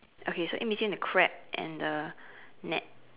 okay so in between the crab and the net